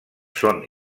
són